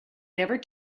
never